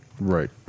Right